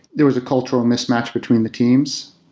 there was a cultural mismatch between the teams,